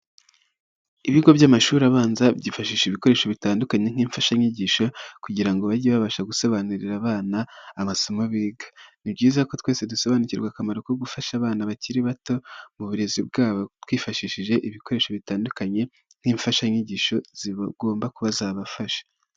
Ibigo by'amashuri abanza byifashisha ibikoresho bitandukanye nk'imfashanyigisho kugira ngo bajye babasha gusobanurira abana amasosomamo biga, ni byiza ko twese dusobanukirwa akamaro ko gufasha abana bakiri bato mu burezi bwabo twifashishije ibikoresho bitandukanye nk'imfashanyigisho zigomba kuba zabafasha.